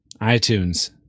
iTunes